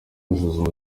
gusuzuma